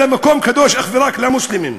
זה מקום קדוש אך ורק למוסלמים.